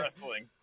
wrestling